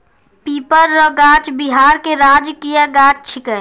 पीपर रो गाछ बिहार के राजकीय गाछ छिकै